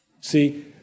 See